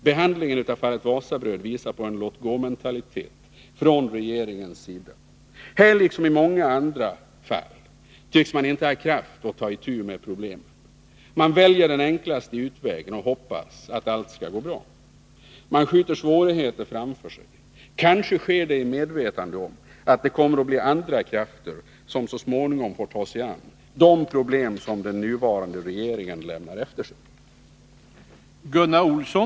Behandlingen av fallet Wasabröd visar på en låt-gå-mentalitet från regeringens sida. Här liksom i många andra fall tycks man inte ha kraft att ta itu med problemen. Man väljer den enklaste utvägen och hoppas att allt skall gå bra. Man skjuter svårigheterna framför sig. Kanske sker det i medvetande om att det kommer att bli andra krafter som så småningom får ta sig an de problem som den nuvarande regeringen lämnar efter sig.